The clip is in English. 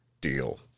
Deal